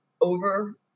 over